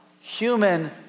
human